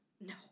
No